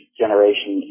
generation